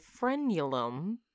frenulum